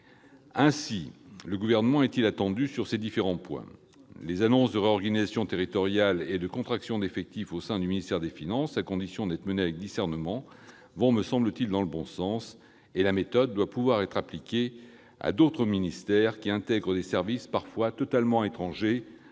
Aussi le Gouvernement est-il très attendu sur ces différents points. Les mesures annoncées de réorganisation territoriale et de contraction d'effectifs au sein du ministère des finances, à condition qu'elles soient menées avec discernement, vont, me semble-t-il, dans le bon sens, et la méthode doit pouvoir être appliquée à d'autres ministères, qui intègrent des services parfois totalement étrangers